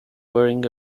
wearing